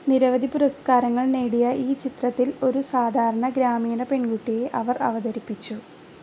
നിരവധി പുരസ്കാരങ്ങൾ നേടിയ ഈ ചിത്രത്തിൽ ഒരു സാധാരണ ഗ്രാമീണ പെൺകുട്ടിയെ അവർ അവതരിപ്പിച്ചു